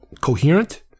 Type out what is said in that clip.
coherent